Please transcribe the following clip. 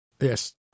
Yes